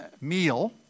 meal